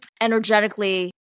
energetically